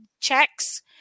checks